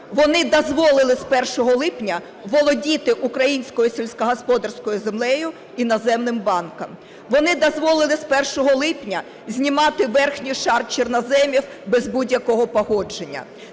вони дозволили з 1 липня володіти українською сільськогосподарською землею іноземним банкам. Вони дозволили з 1 липня знімати верхній шар чорноземів без будь-якого погодження.